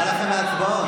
אלמוג, נקרא לכם להצבעות.